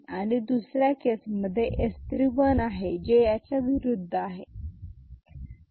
आणि दुसऱ्या केसमध्ये S 3 वन आहे जे याच्याविरुद्ध आहे